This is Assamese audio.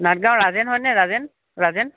নাটগাঁও ৰাজেন হয়নে ৰাজেন ৰাজেন